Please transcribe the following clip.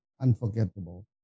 unforgettable